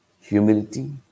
Humility